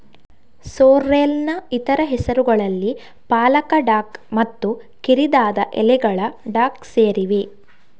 ಸೋರ್ರೆಲ್ನ ಇತರ ಹೆಸರುಗಳಲ್ಲಿ ಪಾಲಕ ಡಾಕ್ ಮತ್ತು ಕಿರಿದಾದ ಎಲೆಗಳ ಡಾಕ್ ಸೇರಿವೆ